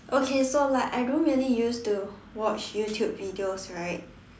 okay so like I don't really used to watch YouTube videos right